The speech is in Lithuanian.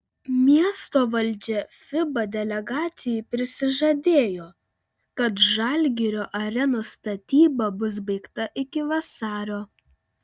miesto valdžia fiba delegacijai prisižadėjo kad žalgirio arenos statyba bus baigta iki vasario